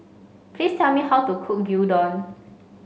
please tell me how to cook Gyudon